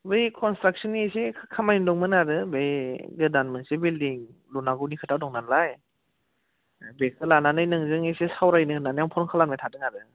बै कनस्ट्राकसननि एसे खामानि दंमोन आरो बे गोदान मोनसे बिल्डिं लुनांगौनि खोथा दं नालाय बेखो लानानै नोंजों एसे सावरायनो होननानै फन खालामबाय थादों आरो